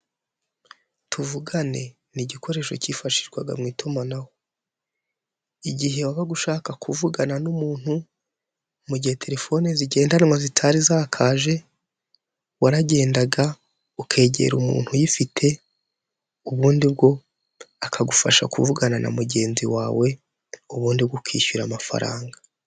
Tuvugane ni igikoresho cyifashishwaga mu itumanaho, igihe wabaga ushaka kuvugana n'umuntu, mu gihe telefoni zigendanwa zitari zakaje, waragendaga ukegera umuntu uyifite ubundi bwo akagufasha kuvugana na mugenzi wawe, ubundi ukishyura amafaranga.